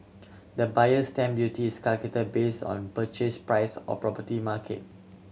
the Buyer's Stamp Duty is calculated based on purchase price or property market